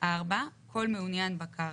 (4)כל מעונין בקרקע,